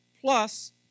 plus